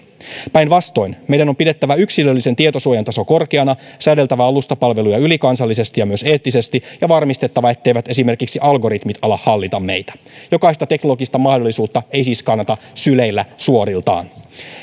päinvastoin meidän on pidettävä yksilöllisen tietosuojan taso korkeana säädeltävä alustapalveluja ylikansallisesti ja myös eettisesti ja varmistettava etteivät esimerkiksi algoritmit ala hallita meitä jokaista teknologista mahdollisuutta ei siis kannata syleillä suoriltaan